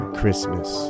christmas